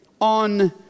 on